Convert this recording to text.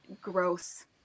gross